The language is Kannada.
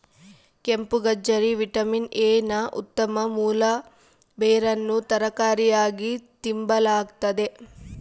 ಕೆಂಪುಗಜ್ಜರಿ ವಿಟಮಿನ್ ಎ ನ ಉತ್ತಮ ಮೂಲ ಬೇರನ್ನು ತರಕಾರಿಯಾಗಿ ತಿಂಬಲಾಗ್ತತೆ